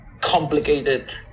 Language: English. complicated